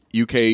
UK